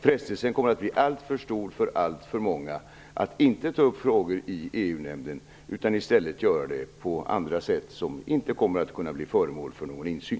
Frestelsen kommer att bli alltför stor för alltför många att inte ta upp frågor i EU-nämnden utan att i stället göra det på annat sätt så att det hela inte kommer att bli föremål för insyn.